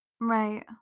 Right